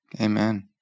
Amen